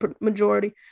majority